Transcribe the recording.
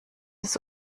des